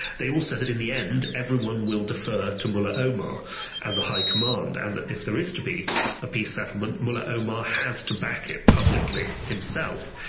they all said that in the end everyone will defer to mullah omar and the high command, and that if there is to be a peace settlement, mullah omar has to back it publicly himself.